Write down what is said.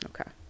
okay